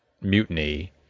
mutiny